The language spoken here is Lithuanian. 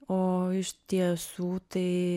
o iš tiesų tai